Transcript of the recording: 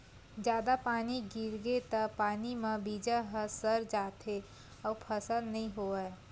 जादा पानी गिरगे त पानी म बीजा ह सर जाथे अउ फसल नइ होवय